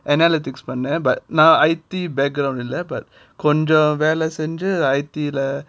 analytics பண்ணேன்:pannen but now I_T இல்ல கொஞ்சம் வேலை செஞ்சு:illa konjam vela senju I_T lah